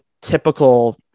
typical